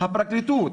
זה הפרקליטות,